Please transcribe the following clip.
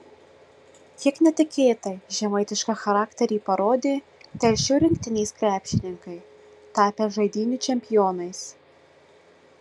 kiek netikėtai žemaitišką charakterį parodė telšių rinktinės krepšininkai tapę žaidynių čempionais